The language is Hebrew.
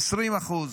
20%,